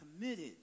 committed